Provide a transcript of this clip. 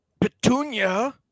Petunia